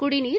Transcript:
குடிநீர்